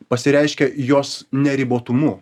pasireiškia jos neribotumu